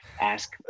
ask